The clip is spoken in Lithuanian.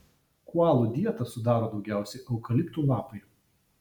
koalų dietą sudaro daugiausiai eukaliptų lapai